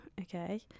okay